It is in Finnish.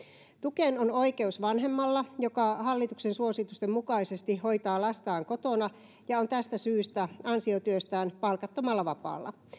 tukeen on oikeus vanhemmalla joka hallituksen suositusten mukaisesti hoitaa lastaan kotona ja on tästä syystä ansiotyöstään palkattomalla vapaalla